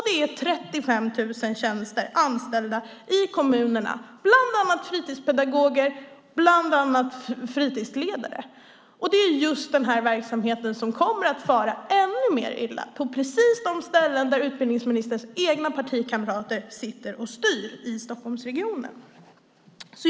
Det är 35 000 anställda i kommunerna, bland annat fritidspedagoger och fritidsledare, och det är just den verksamheten som kommer att fara ännu mer illa på precis de ställen där utbildningsministerns egna partikamrater sitter och styr i Stockholmsregionen.